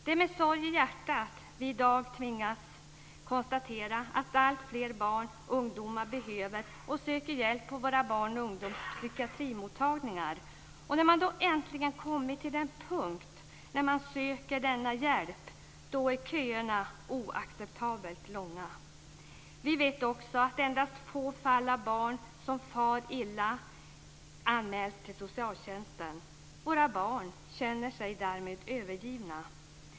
Det är med sorg i hjärtat vi i dag tvingas konstatera att alltfler barn och ungdomar behöver och söker hjälp på våra barn och ungdomspsykiatrimottagningar. När man äntligen kommit till den punkt då man söker denna hjälp är köerna oacceptabelt långa. Vi vet också att endast få fall av barn som far illa anmäls till socialtjänsten. Våra barn känner sig därmed övergivna.